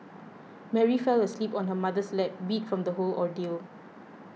Mary fell asleep on her mother's lap beat from the whole ordeal